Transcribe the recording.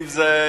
אם זה רמות,